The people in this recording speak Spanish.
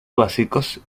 básicos